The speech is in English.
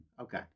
Okay